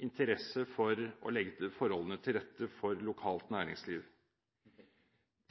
interesse for å legge forholdene til rette for lokalt næringsliv.